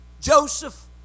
Joseph